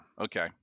Okay